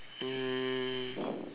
um